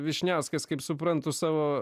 vyšniauskas kaip suprantu savo